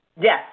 Yes